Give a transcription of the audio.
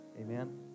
Amen